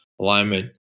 alignment